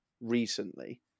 recently